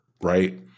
right